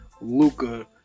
Luka